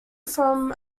from